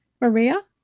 Maria